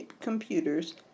computers